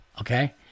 Okay